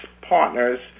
partners